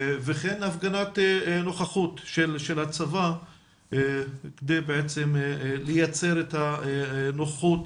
וכן הפגנת נוכחות של הצבא כדי בעצם לייצר את הנוכחות